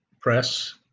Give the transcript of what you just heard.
Press